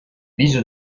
viso